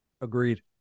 Agreed